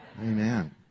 Amen